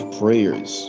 prayers